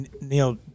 Neil